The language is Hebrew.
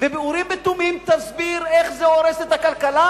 ובאורים ותומים תסביר איך זה הורס את הכלכלה,